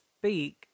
speak